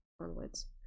onwards